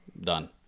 done